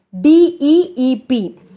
D-E-E-P